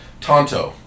Tonto